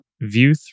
View